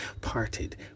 Parted